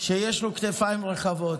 שיש לו כתפיים רחבות.